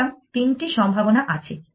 সুতরাং তিনটি সম্ভাবনা আছে